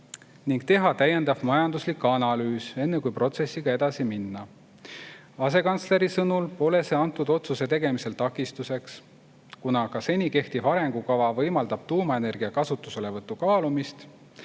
ning teha täiendav majanduslik analüüs, enne kui protsessiga edasi minna. Asekantsleri sõnul pole see antud otsuse tegemisel takistuseks, kuna ka seni kehtiv arengukava võimaldab tuumaenergia kasutuselevõtu kaalumist.